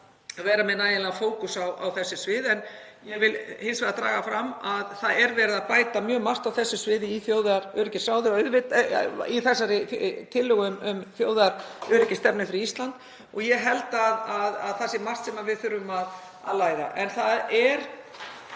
að vera með nægjanlegan fókus á þessu sviði en ég vil hins vegar draga fram að það er verið að bæta mjög margt á þessu sviði í þjóðaröryggisráði og í þessari tillögu um þjóðaröryggisstefnu fyrir Ísland og ég held að það sé margt sem við þurfum að læra. Þetta er